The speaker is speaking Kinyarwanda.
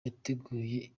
yateguye